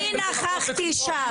אני נכחתי שם.